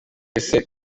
wese